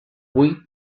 avui